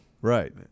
Right